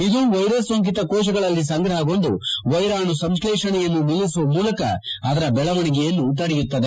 ಇದು ವೈರಸ್ ಸೋಂಕಿತ ಕೋಶಗಳಲ್ಲಿ ಸಂಗ್ರಪಗೊಂಡು ವೈರಾಣು ಸಂಶ್ಲೇಷಣೆಯನ್ನು ನಿಲ್ಲಿಸುವ ಮೂಲಕ ಆದರ ಬೆಳವಣಿಗೆಯನ್ನು ತಡೆಯುತ್ತದೆ